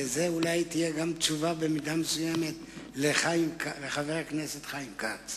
וזאת אולי תהיה תשובה במידה מסוימת גם לחבר הכנסת חיים כץ.